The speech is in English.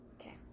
Okay